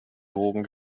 wogen